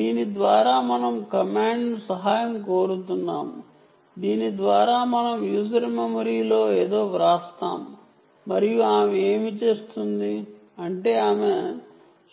దీని ద్వారా మనం కమాండ్ ను సహాయం కోరుతున్నాము దీని ద్వారా మనం యూజర్ మెమరీలో ఏదో వ్రాస్తాము మరియు ఆమె ఏమి చేస్తుంది అంటే ఆమె